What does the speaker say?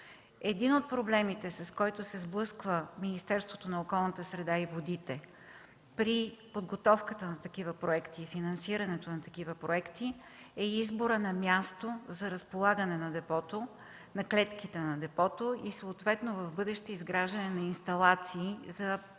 Един от проблемите, с който се сблъсква Министерството на околната среда и водите при подготовката и финансирането на такива проекти, е избора на място за разполагане на клетките на депото и съответно, в бъдеще, изграждане на инсталации за преработка